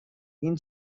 این